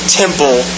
temple